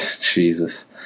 Jesus